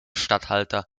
statthalter